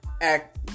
act